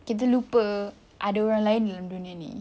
kita lupa ada orang lain dalam dunia ni